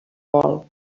vol